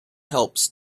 helps